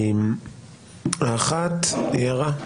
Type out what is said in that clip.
האחת, הערה.